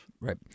Right